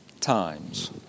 times